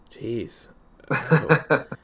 Jeez